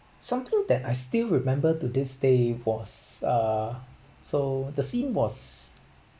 something that I still remember to this day was uh so the scene was